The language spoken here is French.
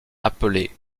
appelée